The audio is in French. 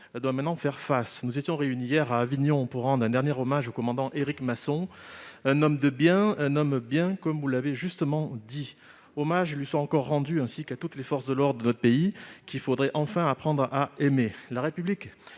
doit maintenant faire face. Nous étions réunis hier, en Avignon, pour rendre un dernier hommage au commandant Éric Masson, un « homme de bien », comme vous l'avez justement dit. Hommage lui soit encore rendu ainsi qu'à toutes les forces de l'ordre de notre pays, qu'il faudrait enfin apprendre à aimer ! La République